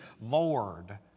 Lord